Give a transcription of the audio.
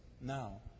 Now